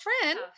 friend